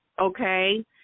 okay